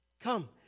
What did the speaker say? Come